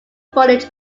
footage